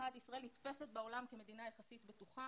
האחד, ישראל נתפסת בעולם כמדינה יחסית בטוחה.